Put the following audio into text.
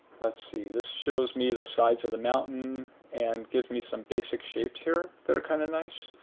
let's see this shows me the sides of the mountain and gives me some basic shapes here that are kind of nice.